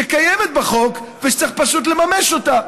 שקיימת בחוק ושצריך פשוט לממש אותה,